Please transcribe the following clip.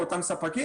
או אותם ספקים,